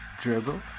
Dribble